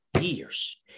years